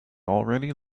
already